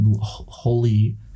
holy